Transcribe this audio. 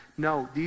No